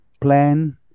plan